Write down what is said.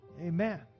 Amen